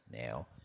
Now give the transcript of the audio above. now